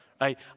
right